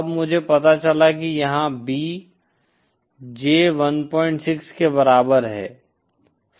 तब मुझे पता चला कि यहाँ B J 16 के बराबर है